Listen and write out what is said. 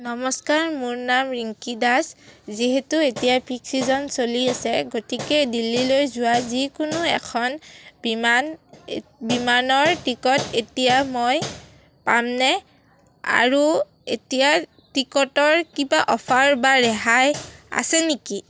নমস্কাৰ মোৰ নাম ৰিংকি দাস যিহেতু এতিয়া পিক চিজন চলি আছে গতিকে দিল্লীলৈ যোৱা যিকোনো এখন বিমান বিমানৰ টিকট এতিয়া মই পামনে আৰু এতিয়া টিকটৰ কিবা অফাৰ বা ৰেহাই আছে নেকি